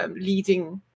leading